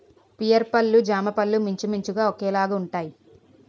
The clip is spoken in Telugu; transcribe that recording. పియర్ పళ్ళు జామపళ్ళు మించుమించుగా ఒకేలాగుంటాయి